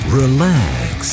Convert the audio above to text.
relax